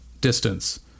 distance